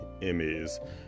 Emmys